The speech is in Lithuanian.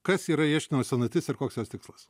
kas yra ieškinio senatis ir koks jos tikslas